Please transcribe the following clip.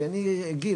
ואני אגיד,